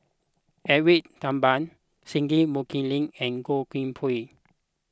Edwin Thumboo Singai Mukilan and Goh Koh Pui